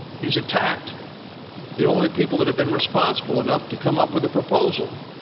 he's attacked the only people that have been responsible enough to come up with a proposal.